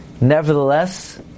Nevertheless